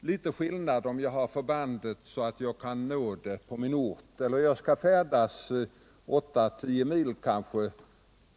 litet skillnad på att ha ett förband nära sin egen ort och att bli tvungen att färdas kanske 8-10 mil.